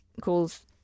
calls